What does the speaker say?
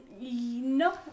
No